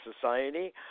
society